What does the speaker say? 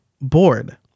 bored